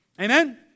Amen